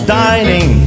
dining